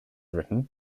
written